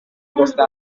گفته